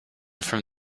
from